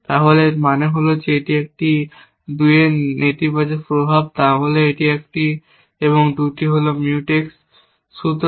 তাহলে এর মানে হল এটি একটি 2 এর নেতিবাচক প্রভাব তাহলে একটি 1 একটি 2 হল Mutex